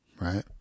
right